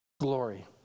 glory